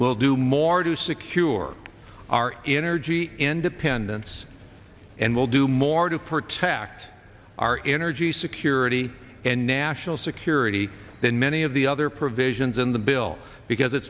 will do more to secure our energy independence and will do more to protect our energy security and national security than many of the other provisions in the bill because it